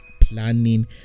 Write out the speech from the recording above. planning